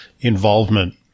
involvement